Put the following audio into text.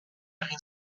egin